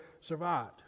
survived